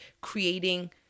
creating